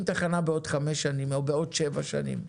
תחנה בעוד חמש שנים או בעוד שבע שנים.